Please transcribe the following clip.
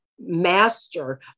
master